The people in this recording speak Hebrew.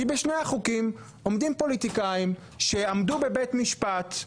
כי בשני החוקים עומדים פוליטיקאים שעמדו בבית משפט,